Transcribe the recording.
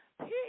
peace